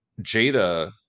Jada